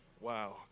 Wow